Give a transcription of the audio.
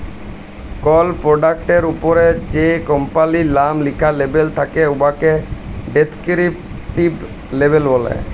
call পরডাক্টের উপরে যে কম্পালির লাম লিখ্যা লেবেল থ্যাকে উয়াকে ডেসকিরিপটিভ লেবেল ব্যলে